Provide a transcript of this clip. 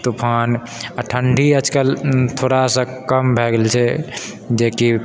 तूफान आ ठण्डी आजकल थोड़ा सा कम भए गेल छै जेकि